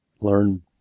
learn